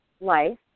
life